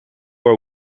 are